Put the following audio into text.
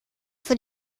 für